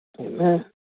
Amen